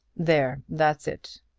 there that's it.